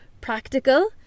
Practical